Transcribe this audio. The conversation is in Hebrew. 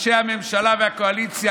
אנשי הממשלה והקואליציה,